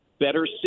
better